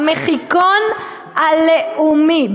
המחיקון הלאומי.